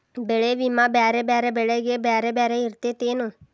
ಬೆಳೆ ವಿಮಾ ಬ್ಯಾರೆ ಬ್ಯಾರೆ ಬೆಳೆಗೆ ಬ್ಯಾರೆ ಬ್ಯಾರೆ ಇರ್ತೇತೆನು?